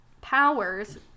powers